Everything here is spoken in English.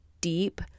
deep